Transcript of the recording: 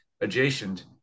adjacent